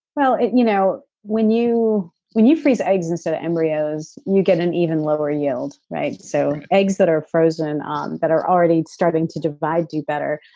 well you know when you when you freeze eggs instead of embryos, you get an even lower yield, right? so eggs that are frozen um that are already starting to divide do better,